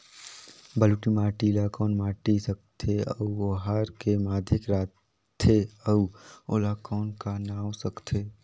बलुही माटी ला कौन माटी सकथे अउ ओहार के माधेक राथे अउ ओला कौन का नाव सकथे?